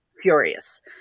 furious